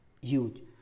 huge